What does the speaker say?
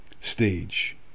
stage